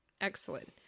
Excellent